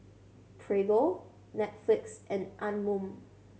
Prego Netflix and Anmum